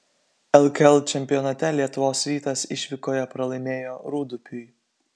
lkl čempionate lietuvos rytas išvykoje pralaimėjo rūdupiui